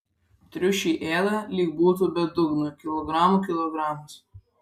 triušiai ėda lyg būtų be dugno kilogramų kilogramus